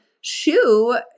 shoe